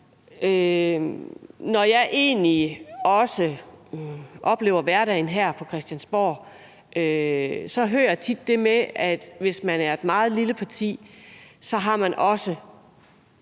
når jeg oplever hverdagen her på Christiansborg, hører jeg egentlig tit det her med, at hvis man er et meget lille parti, har man måske